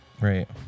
Right